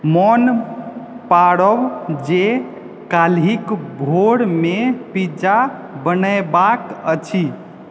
मोन पाड़ब जे काल्हि भोरमे पिज्जा बनेबाक अछि